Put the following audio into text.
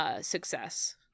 success